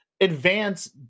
advance